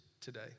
today